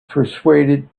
persuaded